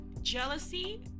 jealousy